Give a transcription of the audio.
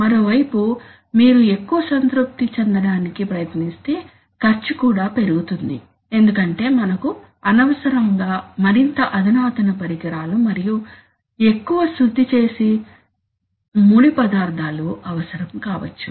మరోవైపు మీరు ఎక్కువ సంతృప్తి చెందడానికి ప్రయత్నిస్తే ఖర్చు కూడా పెరుగుతుంది ఎందుకంటే మనకు అనవసరంగా మరింత అధునాతన పరికరాలు మరియు ఎక్కువ శుద్ధి చేసిన ముడి పదార్థాలు అవసరం కావచ్చు